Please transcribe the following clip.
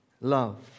love